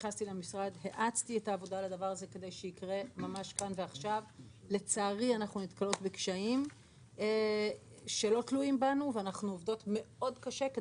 רוצים תחבורה ציבורית אבל אם אין בסיס תשתיתי לא נוכל